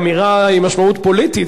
זו אמירה עם משמעות פוליטית,